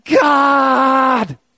God